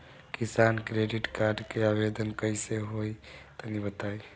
किसान credit card के आवेदन कईसे होई तनि बताई?